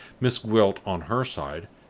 miss gwilt, on her side,